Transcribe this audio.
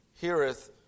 heareth